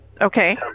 Okay